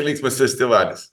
linksmas festivalis